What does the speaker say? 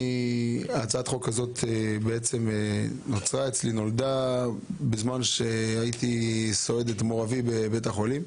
הצעת החוק הזו נולדה בזמן שסעדתי את מור אבי בבית החולים.